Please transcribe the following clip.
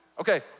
Okay